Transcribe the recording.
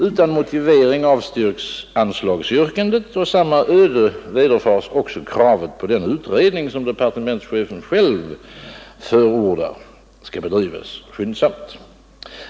Utan motivering avstyrks anslagsyrkandet och samma öde vederfares kravet på att den utredning, som departementschefen själv förordar, skall bedrivas skyndsamt.